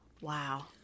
Wow